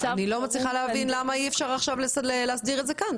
אני לא מצליחה להבין למה אי אפשר עכשיו להסדיר את זה כאן.